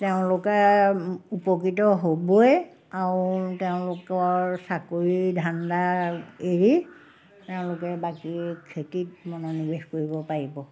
তেওঁলোকে উপকৃত হ'বই আৰু তেওঁলোকৰ চাকৰিৰ ধান্দা এৰি তেওঁলোকে বাকী খেতিত মনোনিৱেশ কৰিব পাৰিব